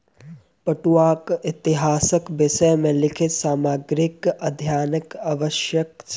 पटुआक इतिहासक विषय मे लिखित सामग्रीक अध्ययनक आवश्यक छै